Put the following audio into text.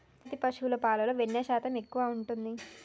ఏ జాతి పశువుల పాలలో వెన్నె శాతం ఎక్కువ ఉంటది?